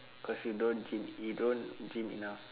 cause you don't gym you don't gym enough